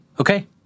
Okay